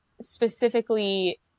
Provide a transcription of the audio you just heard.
specifically